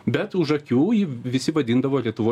bet už akių jį visi vadindavo lietuvo